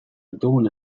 ditugun